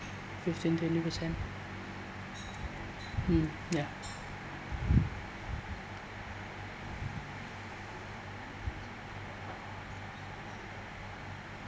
fifteen twenty percent mm ya